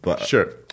Sure